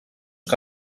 que